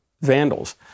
vandals